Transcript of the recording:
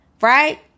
Right